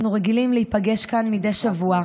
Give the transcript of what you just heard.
אנחנו רגילים להיפגש כאן מדי שבוע,